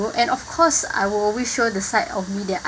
and of course I will always show the side of me that